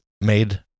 made